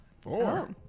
Four